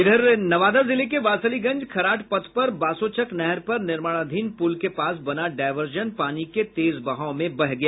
उधर नवादा जिले के वारसलीगंज खरांठ पथ पर बासोचक नहर पर निर्माणाधीन पुल के पास बना डायर्वसन पानी के तेज बहाव में बह गया